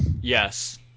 Yes